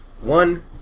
One